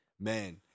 Man